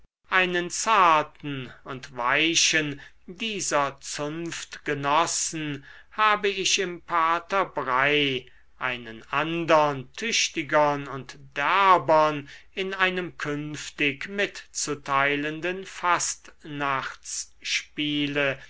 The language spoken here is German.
einen zarten und weichen dieser zunftgenossen habe ich im pater brey einen andern tüchtigern und derbern in einem künftig mitzuteilenden